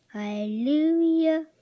Hallelujah